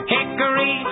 Hickory